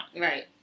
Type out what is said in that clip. Right